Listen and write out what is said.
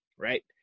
right